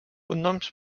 cognoms